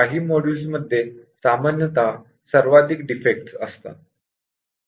काही मॉड्यूल मध्ये सामान्यत सर्वाधिक डिफेक्ट असतात